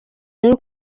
rero